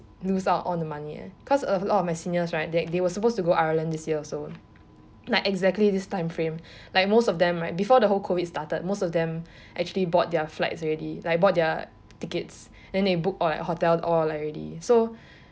lose out all the money eh cause a lot of my seniors right they were supposed to go Ireland this year also like exactly this time frame like most of them right before the whole COVID started most of them actually bought their flights already like bought their tickets then they booked all their hotel all like already so